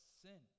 sin